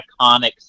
iconic